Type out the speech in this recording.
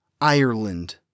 Ireland